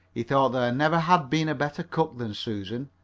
he thought there never had been a better cook than susan.